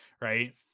Right